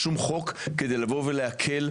שלום לכולם,